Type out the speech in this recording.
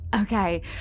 Okay